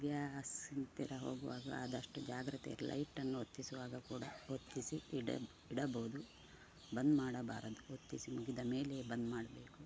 ಗ್ಯಾಸಿನ ಹತ್ತಿರ ಹೋಗುವಾಗ ಆದಷ್ಟು ಜಾಗ್ರತೆ ಲೈಟನ್ನು ಹೊತ್ತಿಸುವಾಗ ಕೂಡ ಹೊತ್ತಿಸಿ ಇಡಬೋದು ಬಂದ್ ಮಾಡಬಾರದು ಹೊತ್ತಿಸಿ ಮುಗಿದ ಮೇಲೆ ಬಂದ್ ಮಾಡಬೇಕು